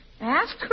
Ask